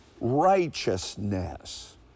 righteousness